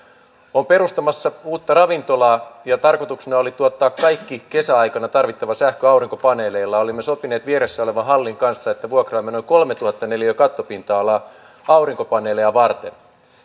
olen perustamassa uutta ravintolaa ja tarkoituksena oli tuottaa kaikki kesäaikana tarvittava sähkö aurinkopaneeleilla olimme sopineet vieressä olevan hallin kanssa että vuokraamme noin kolmetuhatta neliötä kattopinta alaa aurinkopaneeleja varten